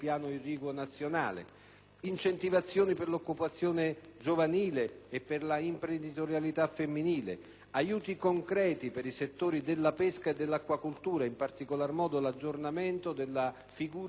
incentivazioni per l'occupazione giovanile e per la imprenditorialità femminile, aiuti concreti per i settori della pesca e dell'acquacoltura, in particolar modo l'aggiornamento della figura dell'imprenditore ittico,